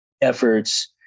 efforts